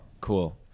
cool